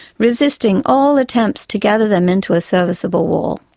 resisting all attempts to gather them into a serviceable wall.